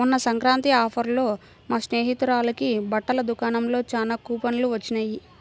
మొన్న సంక్రాంతి ఆఫర్లలో మా స్నేహితురాలకి బట్టల దుకాణంలో చానా కూపన్లు వొచ్చినియ్